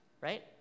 right